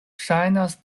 ŝajnas